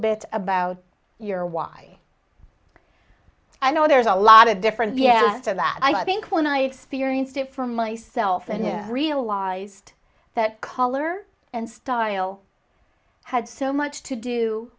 bit about your why i know there's a lot of different yet and that i think when i experienced it for myself and realized that color and style had so much to do